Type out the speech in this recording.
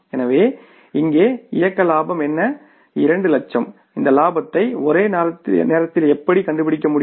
எனவே இங்கே இயக்க லாபம் என்ன 2 லட்சம் இந்த லாபத்தை ஒரே நேரத்தில் எப்படி கண்டுபிடிக்க முடியும்